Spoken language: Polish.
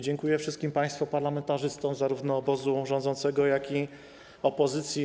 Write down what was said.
Dziękuję wszystkim państwu parlamentarzystom zarówno obozu rządzącego, jak i opozycji.